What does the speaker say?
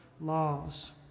laws